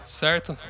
certo